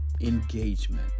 engagement